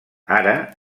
ara